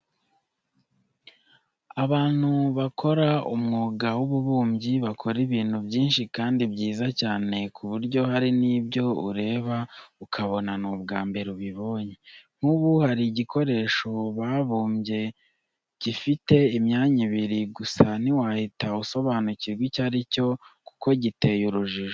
Abantu bakora umwuga w'ububumbyi bakora ibintu byinshi kandi byiza cyane ku buryo hari n'ibyo ureba ukabona ni ubwa mbere ubibonye. Nk'ubu hari igikoresho babumbye gufite imyanya ibiri, gusa ntiwahita usobanukirwa icyo ari cyo kuko giteye urujijo.